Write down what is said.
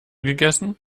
gegessen